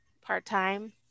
part-time